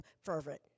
fervent